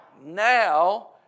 Now